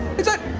is that.